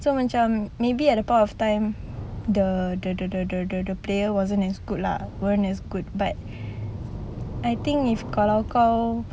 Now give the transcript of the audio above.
so macam maybe at that point of time the the the the the the player wasn't as good lah weren't as good but I think if kalau kau